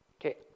okay